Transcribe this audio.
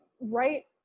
right